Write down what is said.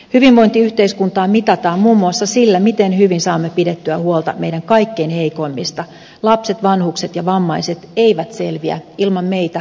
hyvinvointiyhteiskuntaa mitataan muun muassa sillä miten hyvin saamme pidettyä huolta meidän kaikkein heikoimmista lapset vanhukset ja vammaiset eivät selviä ilman meitä vastuunkantajia